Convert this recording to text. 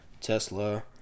Tesla